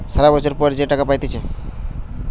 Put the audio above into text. সারা বছর পর যে টাকা পাইতেছে